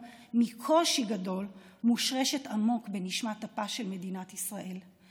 מקושי גדול מושרשת עמוק בנשמת אפה של מדינת ישראל,